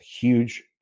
huge